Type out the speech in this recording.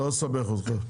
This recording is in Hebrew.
לא נסבך אותך.